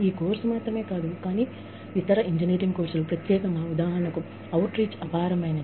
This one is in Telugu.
ఈ కోర్సు మాత్రమే కాదు ఉదాహరణకు ప్రత్యేకంగా ఇతర ఇంజనీరింగ్ కోర్సులు విస్తరణ అపారమైనది